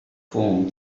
foam